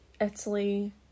Italy